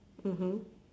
mmhmm